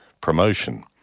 promotion